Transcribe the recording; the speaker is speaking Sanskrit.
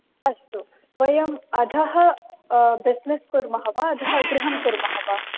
अस्तु वयम् अधः बिस्नेस् कुर्मः वा अधः गृहं कुर्मः वा